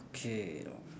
okay